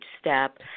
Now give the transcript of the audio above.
step